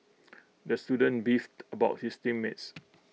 the student beefed about his team mates